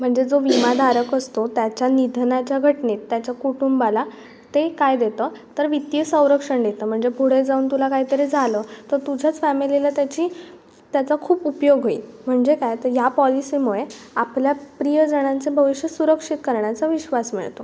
म्हणजे जो विमाधारक असतो त्याच्या निधनाच्या घटनेत त्याच्या कुटुंबाला ते काय देतं तर वित्तीय संरक्षण देतं म्हणजे पुढे जाऊन तुला काहीतरी झालं तर तुझ्याच फॅमिलीला त्याची त्याचा खूप उपयोग होईल म्हणजे काय तर या पॉलिसीमुळे आपल्या प्रियजनांचे भविष्य सुरक्षित करण्याचा विश्वास मिळतो